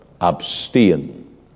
Abstain